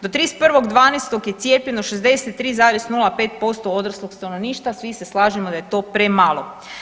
Do 31.12. je cijepljeno 63,05% odraslog stanovništva i svi se slažemo da je to premalo.